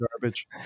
garbage